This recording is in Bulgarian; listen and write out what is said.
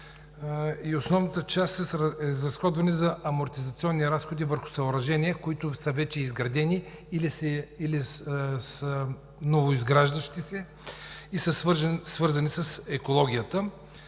700 хил. лв., е изразходвана за амортизационни разходи върху съоръжения, които са вече изградени или са новоизграждащи се и са свързани с екологията.